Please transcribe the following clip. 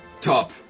Top